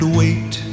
wait